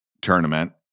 tournament